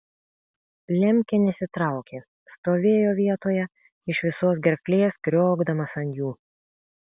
lemkė nesitraukė stovėjo vietoje iš visos gerklės kriokdamas ant jų